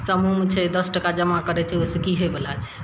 समूह छै दस टाका जमा करय छै ओइसँ की हइवला छै